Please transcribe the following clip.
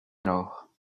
alors